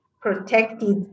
protected